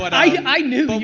but i. i knew.